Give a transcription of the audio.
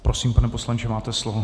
Prosím, pane poslanče, máte slovo.